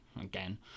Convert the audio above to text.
again